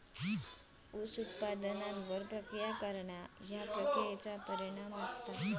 उप उत्पादनांवर प्रक्रिया करणा ह्या प्रक्रियेचा परिणाम असता